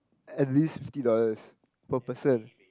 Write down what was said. at least fifty dollars per person